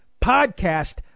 Podcast